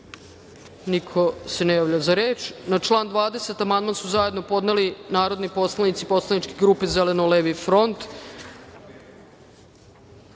Niko se ne javlja za reč. Na član 20. amandman su zajedno podneli narodni poslanici Poslaničke grupe Zeleno-levi front,